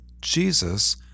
Jesus